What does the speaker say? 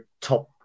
top